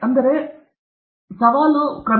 ಆದ್ದರಿಂದ ಎ ಮೂರು ನಲ್ಲಿ ಸವಾಲು ತುಂಬಾ ಹೆಚ್ಚಾಗಿದೆ